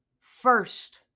first